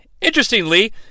Interestingly